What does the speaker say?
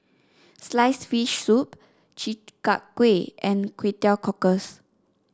sliced fish soup Chi Kak Kuih and Kway Teow Cockles